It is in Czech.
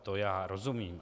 To já rozumím.